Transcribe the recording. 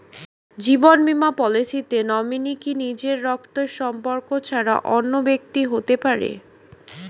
জীবন বীমা পলিসিতে নমিনি কি নিজের রক্তের সম্পর্ক ছাড়া অন্য ব্যক্তি হতে পারে?